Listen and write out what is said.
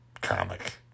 comic